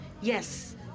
Yes